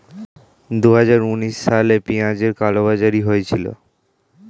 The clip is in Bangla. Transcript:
দুহাজার উনিশ সালে পেঁয়াজের কালোবাজারি হয়েছিল